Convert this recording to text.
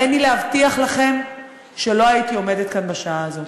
הריני להבטיח לכם שלא הייתי עומדת כאן בשעה הזאת.